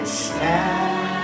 stand